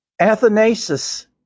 Athanasius